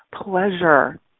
pleasure